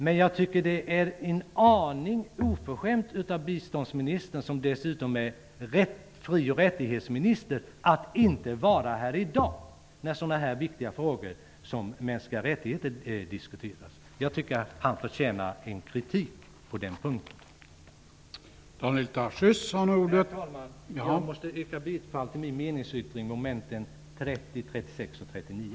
Men jag tycker att det är en aning oförskämt av biståndsministern, som dessutom är fri och rättighetsminister, att inte vara här i dag när frågor som berör mänskliga fri och rättigheter diskuteras. Han förtjänar kritik för detta. Herr talman! Jag ber att få yrka bifall till min meningsyttring mom 30, 36 och 39.